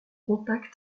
contact